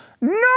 no